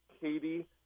Katie